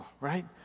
right